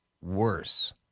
worse